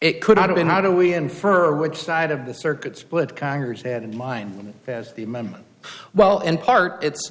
it could have been how do we infer which side of the circuit split congress had in mind as the amendment well in part it's